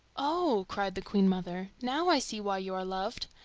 oh! cried the queen-mother, now i see why you are loved.